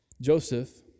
Joseph